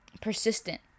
persistent